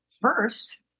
first